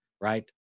right